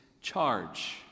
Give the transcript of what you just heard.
charge